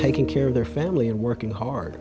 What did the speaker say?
taking care of their family and working hard